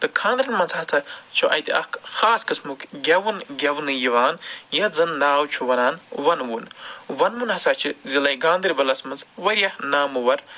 تہٕ خانٛدرَن منٛز ہسا چھُ اَتہِ اَکھ خاص قسمُک گٮ۪وُن گٮ۪وُنہ یِوان یَتھ زَنہٕ ناو چھُ وَنان وَنہٕ وُن وَنہٕ وُن ہسا چھِ ضلعٕے گاندربَلَس منٛز واریاہ نانمٕوَر